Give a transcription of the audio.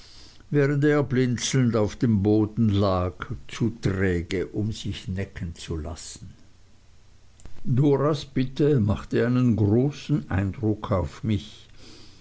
während er blinzelnd auf dem boden lag zu träge um sich necken zu lassen doras bitte machte einen großen eindruck auf mich